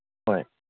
ꯍꯣꯏ